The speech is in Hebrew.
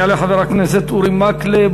יעלה חבר הכנסת אורי מקלב,